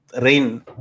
Rain